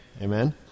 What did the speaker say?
Amen